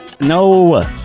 no